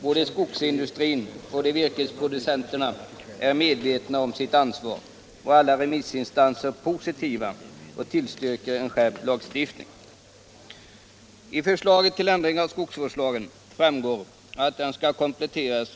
Både skogsindustrin och virkesproducenterna är medvetna om sitt ansvar i det sammanhanget, och remissinstanserna tillstyrker en skärpt lagstiftning. Herr talman!